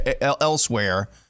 elsewhere